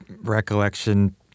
recollection